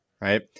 right